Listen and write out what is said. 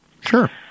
Sure